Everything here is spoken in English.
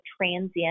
transient